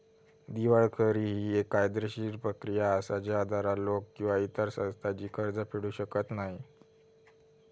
दिवाळखोरी ही येक कायदेशीर प्रक्रिया असा ज्याद्वारा लोक किंवा इतर संस्था जी कर्ज फेडू शकत नाही